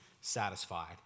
satisfied